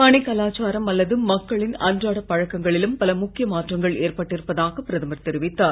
பணிக் கலாச்சாரம் அல்லாது மக்களின் அன்றாடப் பழக்கங்களிலும் பல முக்கிய மாற்றங்கள் ஏற்பட்டிருப்பதாக பிரதமர் தெரிவித்தார்